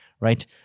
right